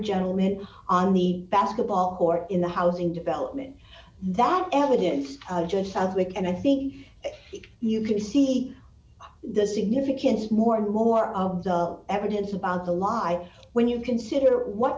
gentlemen on the basketball court in the housing development that evidence just felt like and i think you can see the significance more and more of the evidence about the lie when you consider what